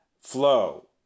flow